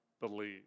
believe